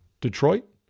Detroit